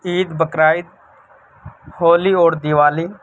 عید بقر عید ہولی اور دیوالی